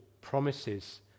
promises